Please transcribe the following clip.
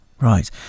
Right